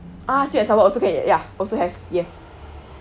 ah sweet and sour also can ya also have yes